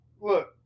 Look